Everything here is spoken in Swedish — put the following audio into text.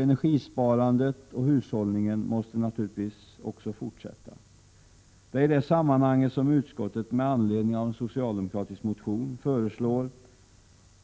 Energisparandet och hushållningen måste naturligtvis fortsätta. Det är i det sammanhanget som utskottet med anledning av en socialdemokratisk motion föreslår